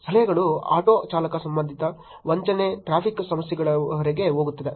ಸಲಹೆಗಳು ಆಟೋ ಚಾಲಕ ಸಂಬಂಧಿತ ವಂಚನೆ ಟ್ರಾಫಿಕ್ ಸಮಸ್ಯೆಗಳವರೆಗೆ ಹೋಗುತ್ತದೆ